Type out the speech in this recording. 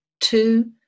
Two